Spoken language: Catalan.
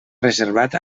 reservat